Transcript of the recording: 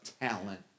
talent